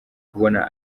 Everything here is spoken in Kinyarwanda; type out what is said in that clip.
kubona